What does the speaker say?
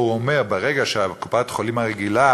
או שהוא אומר: ברגע שקופת-החולים הרגילה